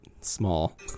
small